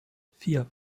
vier